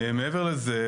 מעבר לזה,